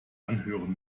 anhören